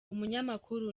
umunyamakuru